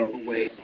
away